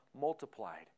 multiplied